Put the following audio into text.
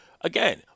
again